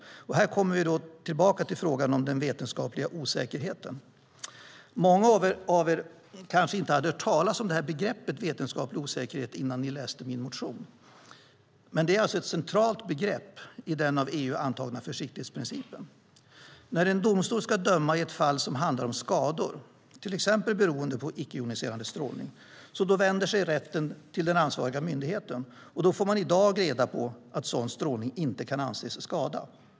Här kommer vi tillbaka till frågan om den vetenskapliga osäkerheten. Många av er kanske inte hade hört talas om begreppet "vetenskaplig osäkerhet" innan ni läste min motion. Men det är alltså ett centralt begrepp i den av EU antagna försiktighetsprincipen. När en domstol ska döma i ett fall som handlar om skador, till exempel beroende på icke-joniserande strålning, vänder sig rätten till den ansvariga myndigheten och får då i dag reda på att sådan strålning inte kan anses skada.